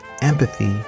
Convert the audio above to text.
empathy